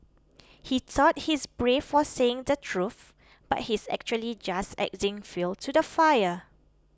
he thought he's brave for saying the truth but he's actually just adding fuel to the fire